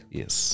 yes